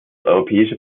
europäische